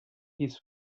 his